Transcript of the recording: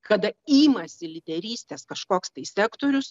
kada imasi lyderystės kažkoks tai sektorius